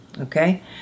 okay